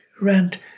rent